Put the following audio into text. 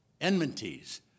enmities